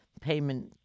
payment